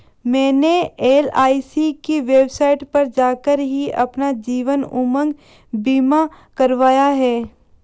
मैंने एल.आई.सी की वेबसाइट पर जाकर ही अपना जीवन उमंग बीमा करवाया है